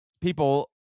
people